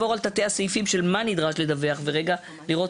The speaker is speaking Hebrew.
אבל צריך לעבור על תתי הסעיפים של מה נדרש לדווח ורגע לראות,